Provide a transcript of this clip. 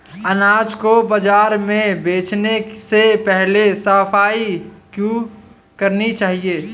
अनाज को बाजार में बेचने से पहले सफाई क्यो करानी चाहिए?